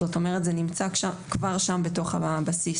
זאת אומרת זה נמצא כבר שם בתוך הבסיס.